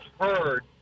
heard